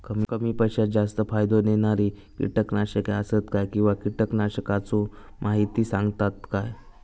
कमी पैशात जास्त फायदो दिणारी किटकनाशके आसत काय किंवा कीटकनाशकाचो माहिती सांगतात काय?